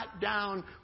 down